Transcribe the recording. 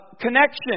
connection